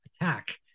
attack